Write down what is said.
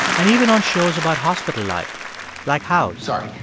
and even on shows about hospital life like house. sorry,